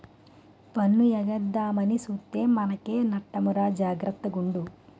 పన్ను ఎగేద్దామని సూత్తే మనకే నట్టమురా జాగర్త గుండు